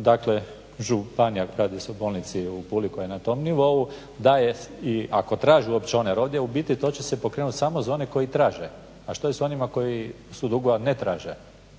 dakle županija radi se o bolnici u Puli koja je na tom nivou daje i ako traži uopće …/Govornik se ne razumije./… u biti to će se pokrenuti samo za one koji traže. A što je sa onima koji su u dugu, a ne traže?